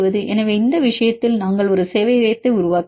எனவே இந்த விஷயத்தில் நாங்கள் ஒரு சேவையகத்தை உருவாக்கினோம்